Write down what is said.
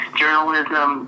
journalism